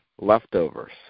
leftovers